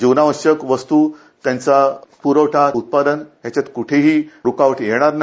जीवनावश्यक वस्तू त्यांचा प्रवठा उत्पादन याच्यात कुठेही रूकावट येणार नाही